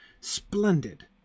splendid